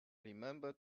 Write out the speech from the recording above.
remember